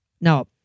Now